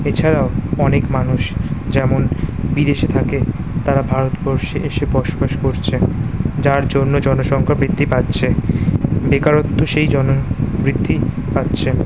এছাড়াও অনেক মানুষ যেমন বিদেশে থাকে তারা ভারতবর্ষে এসে বসবাস করছে যার জন্য জনসংখ্যা বৃদ্ধি পাচ্ছে বেকারত্ব সেই জন্য বৃদ্ধি পাচ্ছে